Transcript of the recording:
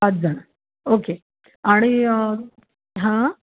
पाचजणं ओके आणि हां